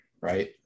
right